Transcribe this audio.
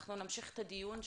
נמשיך את הדיון שלנו.